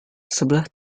sebelah